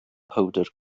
powdr